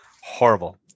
Horrible